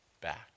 back